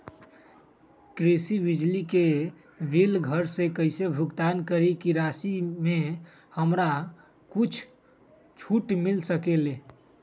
कृषि बिजली के बिल घर से कईसे भुगतान करी की राशि मे हमरा कुछ छूट मिल सकेले?